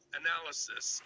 analysis